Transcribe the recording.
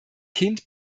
kind